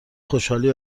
خوشحالی